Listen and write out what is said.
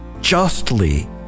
justly